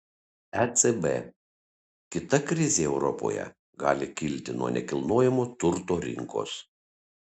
ecb kita krizė europoje gali kilti nuo nekilnojamojo turto rinkos